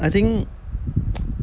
I think